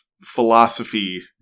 philosophy